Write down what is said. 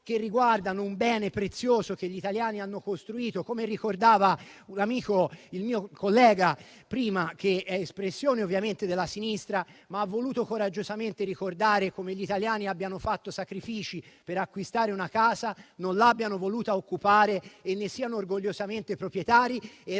che riguardano un bene prezioso che gli italiani hanno costruito. L'amico e collega espressione della sinistra ha voluto coraggiosamente ricordare come gli italiani abbiano fatto sacrifici per acquistare una casa, non l'abbiano voluta occupare, ne siano orgogliosamente proprietari ed